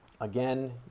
Again